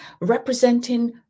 representing